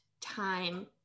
time